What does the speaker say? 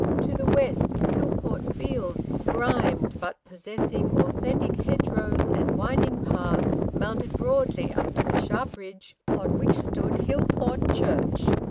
to the west, hillport fields, grimed but possessing authentic hedgerows and winding paths, mounted broadly up to the sharp ridge on which stood hillport church,